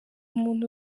umuntu